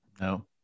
No